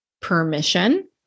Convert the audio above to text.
permission